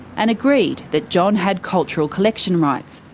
and agreed that john had cultural collection rights.